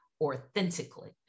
authentically